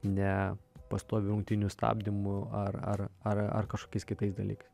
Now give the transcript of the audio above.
ne pastoviu rungtynių stabdymu ar ar kažkokiais kitais dalykais